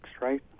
right